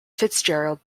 fitzgerald